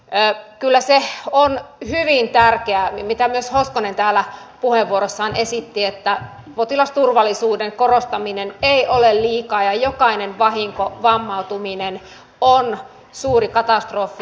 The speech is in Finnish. kyllä se on hyvin tärkeää mitä myös hoskonen täällä puheenvuorossaan esitti että potilasturvallisuuden korostaminen ei ole liikaa ja jokainen vahinko vammautuminen on suuri katastrofi